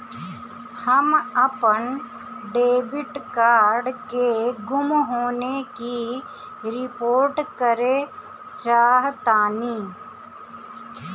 हम अपन debit card के गुम होने की रिपोर्ट करे चाहतानी